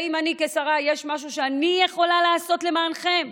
האם יש משהו שאני כשרה יכולה לעשות למענכם?